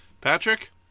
Patrick